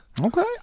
Okay